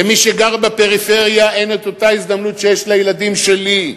למי שגר בפריפריה אין אותה הזדמנות שיש לילדים שלי.